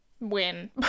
win